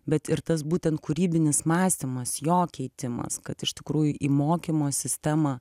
bet ir tas būtent kūrybinis mąstymas jo keitimas kad iš tikrųjų į mokymo sistemą